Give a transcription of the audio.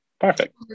perfect